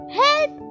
help